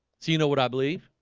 so, you know what i believe